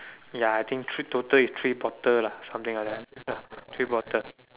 ya I think three total is three bottle lah something like that ya three bottle